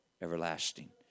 everlasting